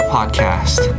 Podcast